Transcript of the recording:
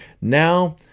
now